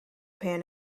pan